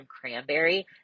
cranberry